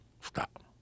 stop